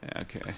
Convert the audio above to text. Okay